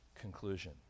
conclusion